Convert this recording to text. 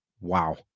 wow